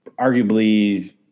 arguably